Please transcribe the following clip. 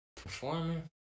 performing